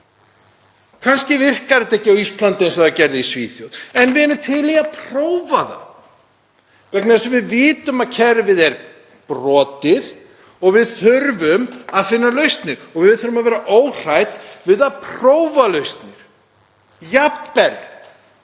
Kannski virkar þetta ekki á Íslandi eins og það gerði í Svíþjóð en við erum til í að prófa það vegna þess að við vitum að kerfið er brotið og við þurfum að finna lausnir og við þurfum að vera óhrædd við að prófa lausnir, jafnvel